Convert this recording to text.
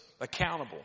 accountable